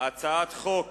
הצעת חוק